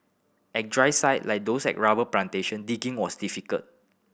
at drier sites like those at rubber plantation digging was difficult